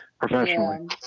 professionally